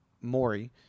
Maury